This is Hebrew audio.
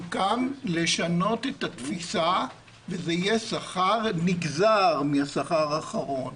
סוכם לשנות את התפיסה וזה יהיה שכר נגזר מהשכר האחרון.